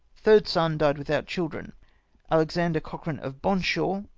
third son, dyed without children alexander cochran, of bonshaw,